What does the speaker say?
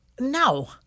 No